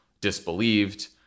disbelieved